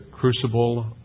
crucible